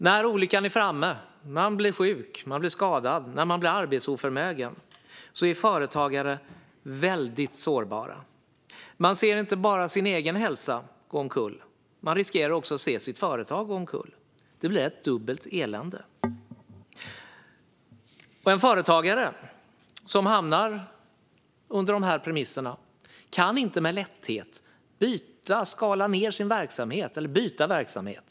När olyckan är framme och man blir sjuk, skadad eller arbetsoförmögen, är företagare väldigt sårbara. Man ser inte bara sin egen hälsa gå omkull, utan man riskerar också att få se sitt företag gå omkull. Det blir ett dubbelt elände. En företagare som hamnar under de här premisserna kan inte med lätthet skala ned sin verksamhet eller byta verksamhet.